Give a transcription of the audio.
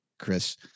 chris